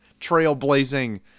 Trailblazing